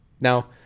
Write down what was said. Now